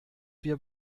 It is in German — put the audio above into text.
wir